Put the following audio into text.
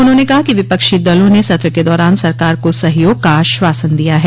उन्होंने कहा कि विपक्षी दलों ने सत्र के दौरान सरकार को सहयोग का आश्वासन दिया है